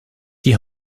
die